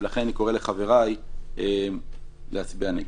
ולכן אני קורא לחבריי להצביע נגד.